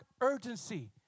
urgency